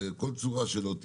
בכל צורה שלא תהיה,